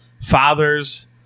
Fathers